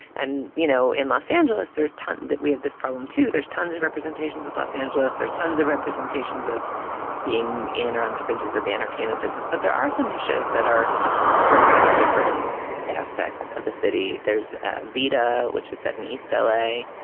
and, you know, in los angeles, there are a ton that we have this problem, too. there's tons of representations of los angeles. there's tons of representations of being in or on the fringes of the entertainment business. but there are so many shows that are representing different aspects of the city. there's ah vita, which is set in east l a,